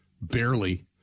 barely